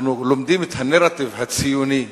אנחנו לומדים את הנרטיב הציוני,